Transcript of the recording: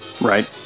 Right